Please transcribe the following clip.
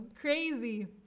crazy